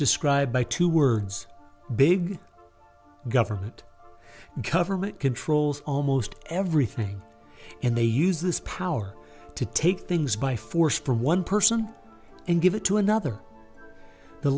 described by two words big government government controls almost everything and they use this power to take things by force from one person and give it to another the